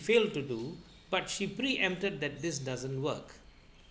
fail to do but she preempted that this doesn't work